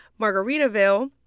Margaritaville